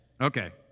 Okay